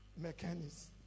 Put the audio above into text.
mechanics